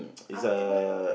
afternoon